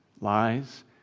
lies